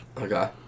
Okay